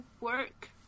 work